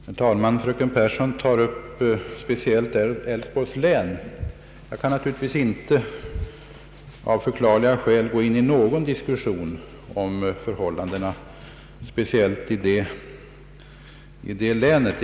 Herr talman! Fröken Pehrsson tar upp speciellt Älvsborgs län. Jag kan naturligtvis, av förklarliga skäl, inte gå in i någon diskussion om förhållandena just i det länet.